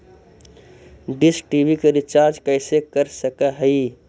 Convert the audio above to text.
Dish TV के recharge कैसे कर सक हिय?